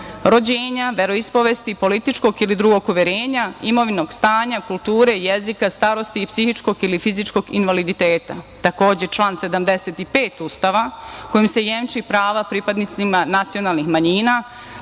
rođenja, veroispovesti, političkog ili drugog uverenja, imovinskog stanja, kulture, jezika, starosti i psihičkog ili fizičkog invaliditeta. Takođe član 75. Ustava kojim se jemči prava pripadnicima nacionalnih manjina.